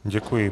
Děkuji.